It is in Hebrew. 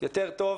יותר טוב